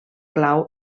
clau